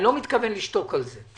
אני לא מתכוון לשתוק במקרה הזה.